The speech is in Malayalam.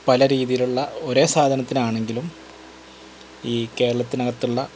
പല രീതിയിലുള്ള ഒരോ സാധനത്തിനാണെങ്കിലും ഈ കേരളത്തിനകത്ത് ഉള്ള